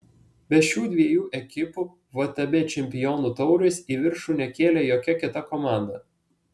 be šių dviejų ekipų vtb čempionų taurės į viršų nekėlė jokia kita komanda